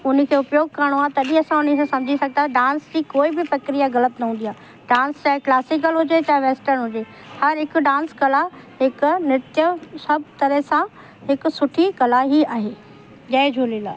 उन खे उपयोगु करिणो आहे तॾहिं असां उन खे सम्झी सघंदा डांस जी कोई बि प्रक्रिया ग़लति न हूंदी आहे डांस चाहे क्लासीकल हुजे चाहे वैस्टर्न हुजे हर हिकु डांस कला हिकु नृत्य सभु तरह सां हिकु सुठी कला ई आहे जय झुलेलाल